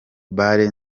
bar